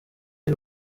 y’u